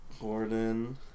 Gordon